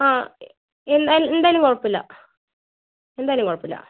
ആ എന്താ എന്തായാലും കുഴപ്പമില്ല എന്തായാലും കുഴപ്പമില്ല